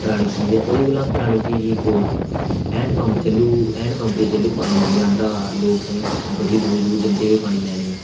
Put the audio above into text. पुरानी चीज ऐ हैंड पम्प ते बड़ी पुरानी चीज ऐ ते ओह्दे शा बी पुरानी चीज ऐ कोर्ज हैंड पम्प दी जैलूं पानी नेईं आंदा ते लोक अदूं बड़ी दूर दूर जंदे हे पानी लैने गी